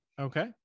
Okay